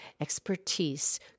expertise